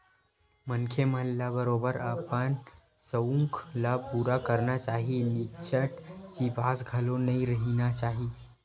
मनखे मन ल बरोबर अपन सउख ल पुरा करना चाही निच्चट चिपास घलो नइ रहिना चाही